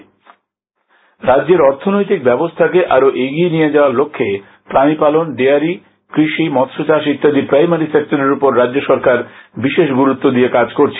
প্রাণী সম্পদ রাজ্যের অর্থনৈতিক ব্যবস্থাকে আরো এগিয়ে নিয়ে যাওয়ার লক্ষ্যে প্রাণীপালন ডেয়ারী কৃষি মৎস্যচাষ ইত্যাদি প্রাইমারি সেক্টরের উপর রাজ্য সরকার বিশেষ গুরুত্ব দিয়ে কাজ করছে